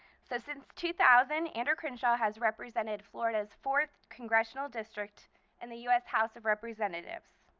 so since two thousand, ander crenshaw has represented florida's fourth congressional district in the u s. house of representatives.